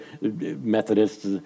Methodists